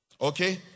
okay